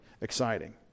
exciting